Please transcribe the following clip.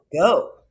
go